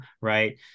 right